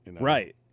Right